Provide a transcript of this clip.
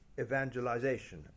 evangelization